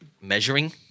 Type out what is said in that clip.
measuring